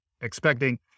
expecting